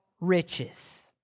riches